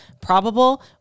probable